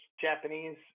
Japanese